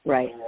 Right